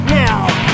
now